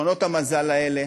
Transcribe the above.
מכונות המזל האלה